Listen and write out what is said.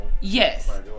Yes